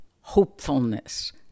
hopefulness